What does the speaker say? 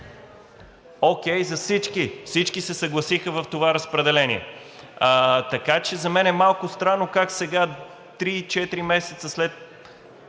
окей за всички. Всички се съгласиха с това разпределение. Така че за мен е малко странно как сега, 3 – 4 месеца след